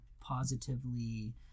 positively